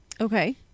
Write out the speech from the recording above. Okay